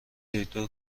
دکتر